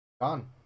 gone